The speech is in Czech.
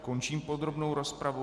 Končím podrobnou rozpravu.